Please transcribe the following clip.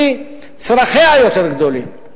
כי צרכיה יותר גדולים.